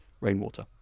rainwater